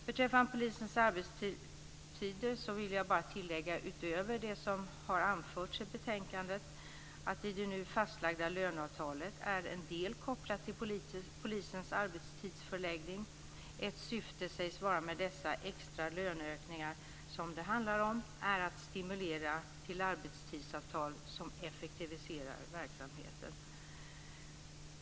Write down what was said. Beträffande polisens arbetstider vill jag bara tilllägga, utöver det som har anförts i betänkandet, att i det nu fastlagda löneavtalet är en del kopplad till polisens arbetstidsförläggning. Ett syfte med dessa extra löneökningar som det handlar om sägs vara att stimulera till arbetstidsavtal som effektiviserar verksamheten.